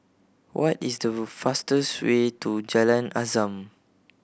what is the fastest way to Jalan Azam